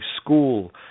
school